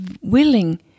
willing